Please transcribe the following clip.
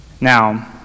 Now